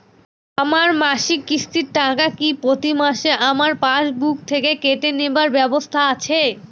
আমার মাসিক কিস্তির টাকা কি প্রতিমাসে আমার পাসবুক থেকে কেটে নেবার ব্যবস্থা আছে?